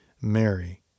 Mary